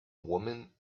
woman